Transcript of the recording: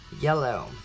Yellow